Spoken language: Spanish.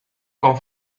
con